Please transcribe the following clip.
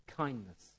kindness